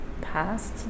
past